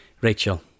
Rachel